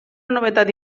novetat